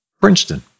Princeton